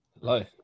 Hello